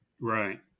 Right